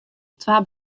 twa